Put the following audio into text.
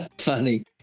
Funny